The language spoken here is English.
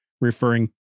referring